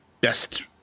best